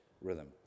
rhythm